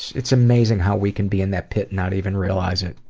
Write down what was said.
it's amazing how we can be in that pit and not even realize it.